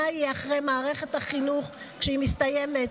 מה יהיה אחרי מערכת החינוך כשהיא מסתיימת.